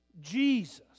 Jesus